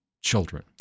children